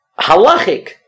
Halachic